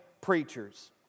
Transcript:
preachers